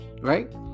right